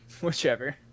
whichever